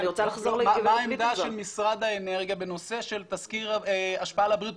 מה העמדה של משרד האנרגיה בנושא של תסקיר השפעה על הבריאות,